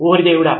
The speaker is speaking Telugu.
ఓరి దేవుడా